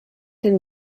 den